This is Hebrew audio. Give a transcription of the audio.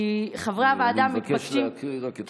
כי, אני מבקש להקריא רק את השאלה.